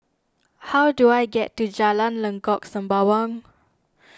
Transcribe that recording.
how do I get to Jalan Lengkok Sembawang